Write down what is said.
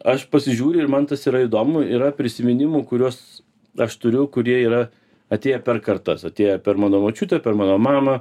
aš pasižiūriu ir man tas yra įdomu yra prisiminimų kuriuos aš turiu kurie yra atėję per kartas atėję per mano močiutę per mano mamą